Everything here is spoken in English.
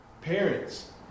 Parents